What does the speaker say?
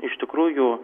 iš tikrųjų